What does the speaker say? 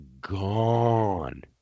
gone